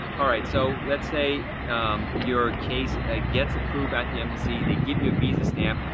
all right. so let's say your case gets approved at the embassy. they give you a visa stamp,